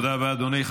תודה רבה, אדוני.